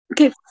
Okay